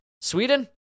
Sweden